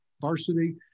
varsity